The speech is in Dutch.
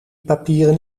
papieren